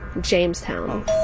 Jamestown